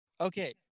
Okay